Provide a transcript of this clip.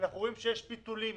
אנחנו רואים שיש ביטולים